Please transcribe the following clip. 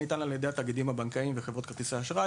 ניתן על ידי התאגידים הבנקאיים וחברות כרטיסי האשראי.